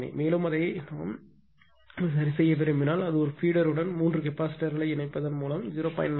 மேலும் அதை செய்ய விரும்பினால் அது ஒரு பீடர் உடன் 3 கெப்பாசிட்டர் களை இணைப்பதன் மூலம் 0